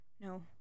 no